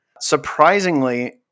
Surprisingly